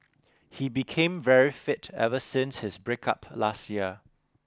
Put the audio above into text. he became very fit ever since his break up last year